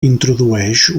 introdueix